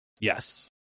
Yes